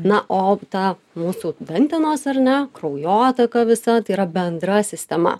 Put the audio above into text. na o tą mūsų dantenos ar ne kraujotaka visa tai yra bendra sistema